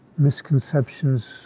misconceptions